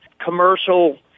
commercial